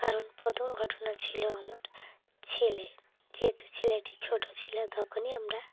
কারণ প্রথম ঘটনা ছিল আমার ছেলে যেহেতু ছেলেটি ছোটো ছিলো তখনই আমরা